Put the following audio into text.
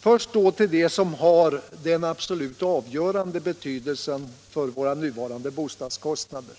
Först vill jag behandla det som har den avgörande betydelsen för våra nuvarande bostadskostnader,